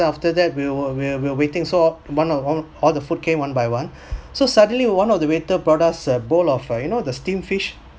after that we uh we're we're waiting so one of all all the food came one by one so suddenly one of the waiter brought us a bowl of ah you know the steam fish